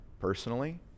personally